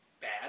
bad